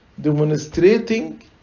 Demonstrating